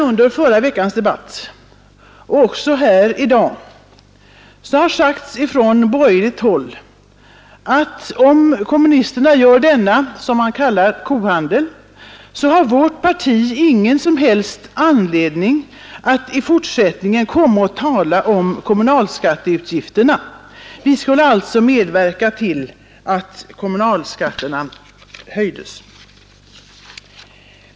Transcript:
Under förra veckans debatt och också här i dag har sagts ifrån borgerligt håll att om kommunisterna gör denna som man kallar kohandel har vårt parti ingen som helst anledning att i fortsättningen komma och tala om kommunalskatteutgifterna. M skulle alltså medverka till att kommunalskatterna höjs.